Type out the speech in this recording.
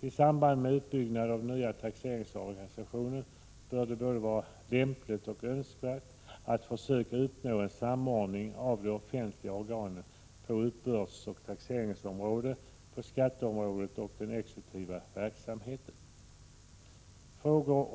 I samband med uppbyggnad av den nya taxeringsorganisationen bör det vara både lämpligt och önskvärt att försöka uppnå en samordning av de offentliga organen på uppbördsoch taxeringsområdet, skatteområdet och inom den exekutiva verksamheten. Frågan